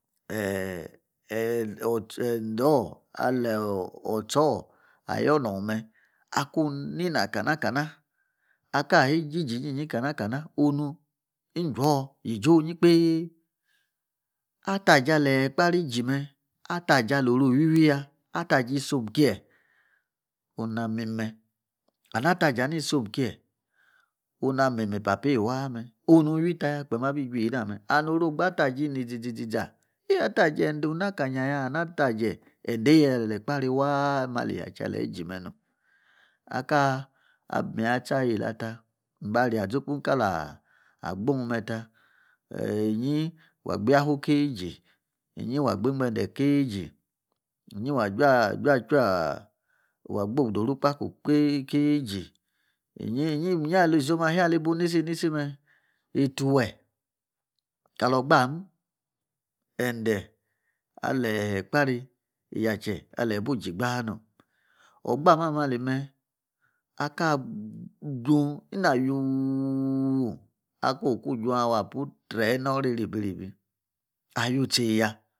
Eh! ende or ali otsa or ayor nor me akunina kana. kana akayi igigi iyinyin kana. kana onu injwor yegi onyi kpei Ata je ali Ekpaari igime a ta je aloru iwiwi ya. ataje isom kie ona mim me and ataje ana isom kie hom na mi papeim waa m onu nu wi taya kpee ra abi ju ena me And oru ogbe a ta je ini iȝi, ȝi, ȝa a ta je ende onakanya ya and a ta je endei ali Ekpaari waa ali mali yache igi me nom Akaa abi miyin ati aweila ta. mbaria ȝopu kala agbom meta inyi wa gbiafu kain igi. inyi wa gbi-ingbende igi. inyi wa gba odu du kpa ko kain igi inyi. inyi ali som ayi nisi nisi me ituwe kali ogba mu ende alei Ekpaari yache ali bu-gi gbaa nom ogbamu ameh ali meh. aka juw ina yuu akun oku ijun awa apu tren inor erebi erebi agu tse ya